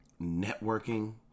networking